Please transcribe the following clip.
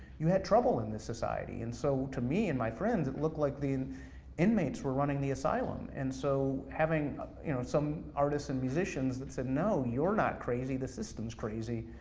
you had trouble in the society. and so, to me and my friends, it looked like the inmates were running the asylum, and so having you know some artists and musicians that said no, you're not crazy, the system's crazy,